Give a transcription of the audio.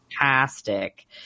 fantastic